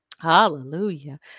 hallelujah